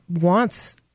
wants